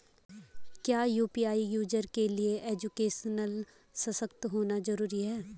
क्या UPI user के लिए एजुकेशनल सशक्त होना जरूरी है?